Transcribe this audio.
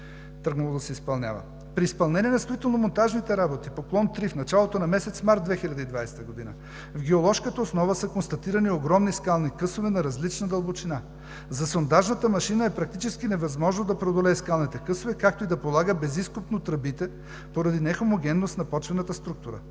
тръгнало да се изпълнява. При изпълнение на строително-монтажните работи по клон 3, в началото на месец март 2020 г. в геоложката основа са констатирани огромни скални късове на различна дълбочина. За сондажната машина е практически невъзможно да преодолее скалните късове, както и да полага безизкопно тръбите поради нехомогенност на почвената структура.